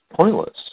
pointless